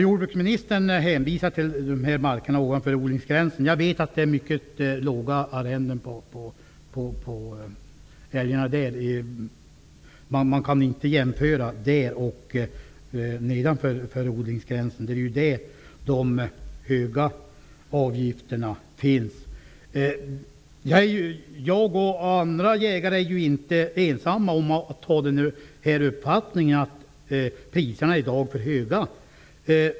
Jordbruksministern hänvisar till markerna ovanför odlingsgränsen. Jag vet att det är mycket låga arrenden där. Man kan inte jämföra dem med vad som gäller nedanför odlingsgränsen. Det är där de höga avgifterna finns. Jag och andra jägare är inte ensamma om att ha den uppfattningen att priserna i dag är för höga.